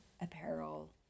apparel